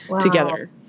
together